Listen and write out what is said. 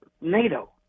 NATO